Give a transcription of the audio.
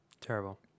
Terrible